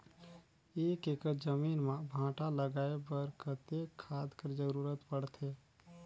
एक एकड़ जमीन म भांटा लगाय बर कतेक खाद कर जरूरत पड़थे?